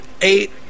Eight